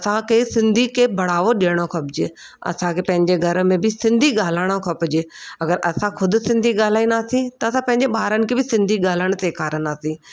असांखे सिंधी खे बढ़ावो ॾियणो खपजे असांखे पंहिंजे घर में बि सिंधी ॻाल्हाइणो खपजे अगरि असां ख़ुदि सिंधी ॻाल्हाईंदासीं त असां पंहिंजे ॿारनि खे बि सिंधी ॻाल्हाइणु सेखारींदासीं